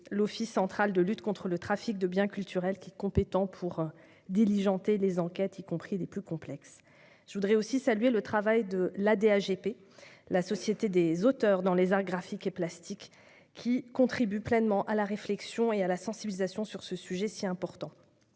l'Office central de lutte contre le trafic des biens culturels, compétent pour diligenter les enquêtes, y compris les plus complexes, et celui de la société des auteurs dans les arts graphiques et plastiques (ADAGP), qui contribue pleinement à la réflexion et à la sensibilisation sur ce sujet si important.